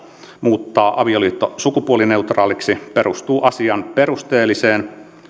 muuttaa avioliitto sukupuolineutraaliksi perustuu asian perusteelliseen